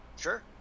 Sure